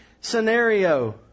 scenario